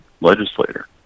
legislator